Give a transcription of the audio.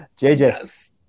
JJ